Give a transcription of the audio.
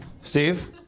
Steve